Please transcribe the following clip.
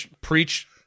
Preach